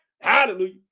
hallelujah